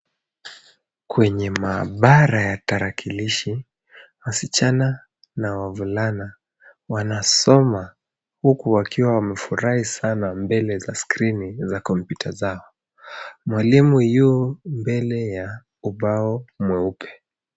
Kwenye maabara ya tarakilishi wasichana na wavulana wanasoma huku wakiwa amefurahi sana mbele ya skrini za kompyuta zao. Mwalimu yu mbele ya ubao mweupe.